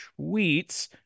tweets